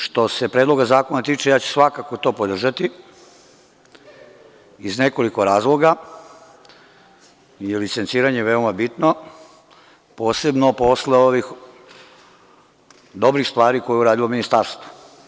Što se Predloga zakona tiče ja ću svakako to podržati iz nekoliko razloga, jer je licenciranje veoma bitno, posebno posle ovih dobrih stvari koje je uradilo ministarstvo.